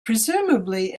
presumably